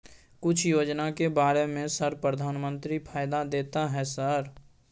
कुछ योजना के बारे में सर प्रधानमंत्री फायदा देता है सर?